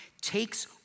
takes